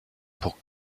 pour